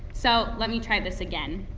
so let me try this again.